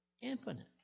infinite